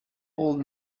old